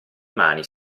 mani